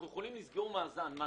ניתן יהיה לסגור מאזן.